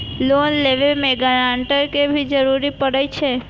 Loan लेबे में grantor के भी जरूरी परे छै?